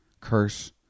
Curse